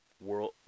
World